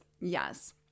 yes